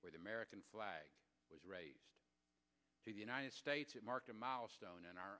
where the american flag was right to the united states it marked a mouse stone in our